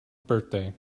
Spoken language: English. birthday